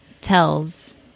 tells